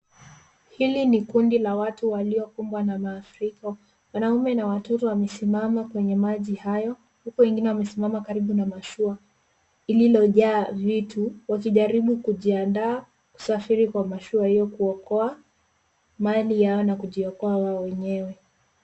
Hili ni kundi la watu waliokumbwa na mafuriko. Wanaume na watoto wamesimama kwenye maji hayo huku wengine wamisimama karibu na mashua ililojaa vitu wakijaribu kujiandaa kusafiri kwa mashua hayo kuokoa mali yao na kujiokoa hao wenyewe.